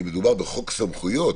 כי מדובר בחוק סמכויות,